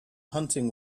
hunting